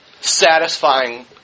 satisfying